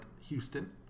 Houston